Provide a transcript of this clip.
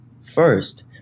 first